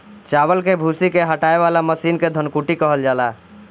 चावल के भूसी के हटावे वाला मशीन के धन कुटी कहल जाला